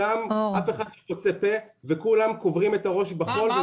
אף אחד לא פוצה פה וכולם קוברים את הראש בחול --- אור,